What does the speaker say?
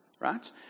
Right